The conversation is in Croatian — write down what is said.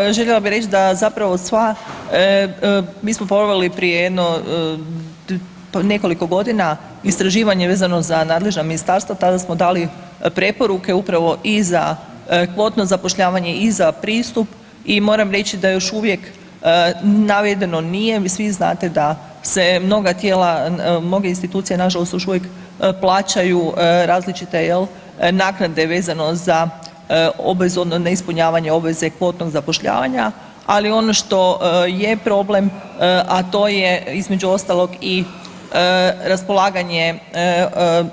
Pa evo željela bi reći da zapravo sva, mi smo proveli prije jedno nekoliko godina vezano za nadležna ministarstva, tada smo dali preporuke upravo i za kvotno zapošljavanje i za pristup i moram reći da još uvijek navedeno nije, vi svi znate da se mnoga tijela, mnoge institucije još uvijek plaćaju različite jel naknade vezano za obvezu odnosno ne ispunjavanje obveze kvotnog zapošljavanja, ali ono što je problem, a to je između ostalog i raspolaganje